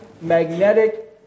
Magnetic